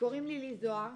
קוראים לי לי זוהר,